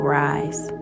rise